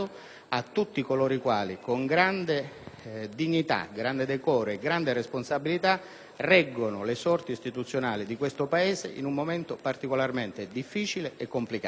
a tutti coloro i quali, con grande dignità, grande decoro e grande responsabilità, reggono le sorti istituzionali di questo Paese in un momento particolarmente difficile e complicato.